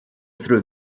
through